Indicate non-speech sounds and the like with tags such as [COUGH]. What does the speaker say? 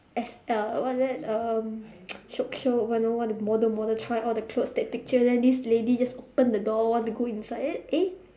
as a what is that um [NOISE] shiok shiok want want be model model try all the clothes take picture then this lady just open the door want to go inside then eh